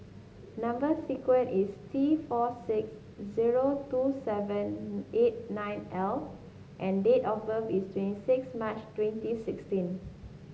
number sequence is T four six zero two seven eight nine L and date of birth is twenty six March twenty sixteen